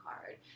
card